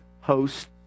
host